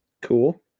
Cool